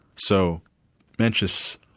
so mencius,